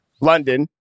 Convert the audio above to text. london